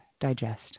digest